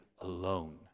alone